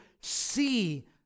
see